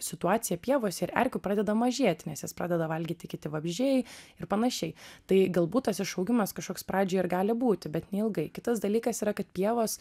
situacija pievose ir erkių pradeda mažėti nes jas pradeda valgyti kiti vabzdžiai ir panašiai tai galbūt tas išaugimas kažkoks pradžioj ir gali būti bet neilgai kitas dalykas yra kad pievos